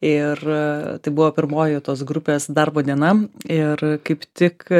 ir tai buvo pirmoji tos grupės darbo diena ir kaip tik